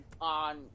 on